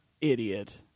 idiot